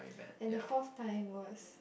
and the forth time was